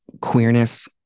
queerness